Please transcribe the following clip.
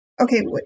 okay